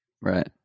Right